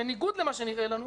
בניגוד למה שנראה לנו,